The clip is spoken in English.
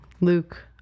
Luke